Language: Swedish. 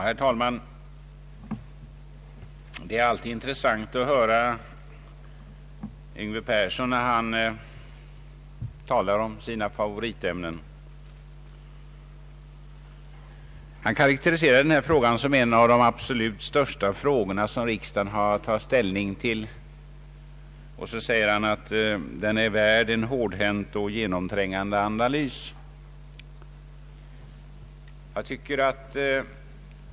Herr talman! Det är alltid intressant att lyssna till herr Yngve Persson när han talar om sina favoritämnen. Han karakteriserade denna fråga som en av de absolut största frågor som riksdagen har att ta ställning till och sade att den är värd en hårdhänt och genomträngande analys.